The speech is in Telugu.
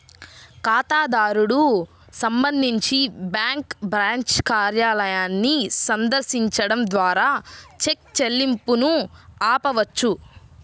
ఖాతాదారుడు సంబంధించి బ్యాంకు బ్రాంచ్ కార్యాలయాన్ని సందర్శించడం ద్వారా చెక్ చెల్లింపును ఆపవచ్చు